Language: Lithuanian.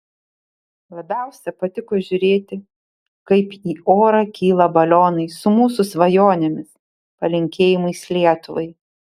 labiausiai patiko žiūrėti kaip į orą kyla balionai su mūsų svajonėmis palinkėjimais lietuvai